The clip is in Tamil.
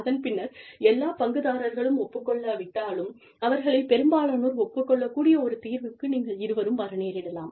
அதன் பின்னர் எல்லா பங்குதாரர்களும் ஒப்புக் கொள்ளாவிட்டாலும் அவர்களில் பெரும்பாலானோர் ஒப்புக் கொள்ளக் கூடிய ஒரு தீர்வுக்கு நீங்கள் இருவரும் வர நேரிடலாம்